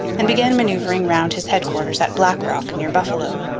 and began manoeuvring round his headquarters at black rock near buffalo.